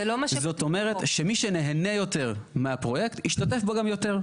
זאת אומרת שמי שנהנה יותר מהפרויקט ישתתף בו גם יותר.